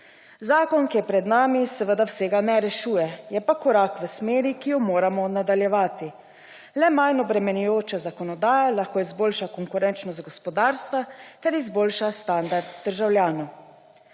Zakon, ki je pred nami, seveda vsega ne rešuje. Je pa korak v smeri, ki jo moramo nadaljevati. Le manj obremenjujoča zakonodaja lahko izboljša konkurenčnost gospodarstva ter izboljša standard državljanov.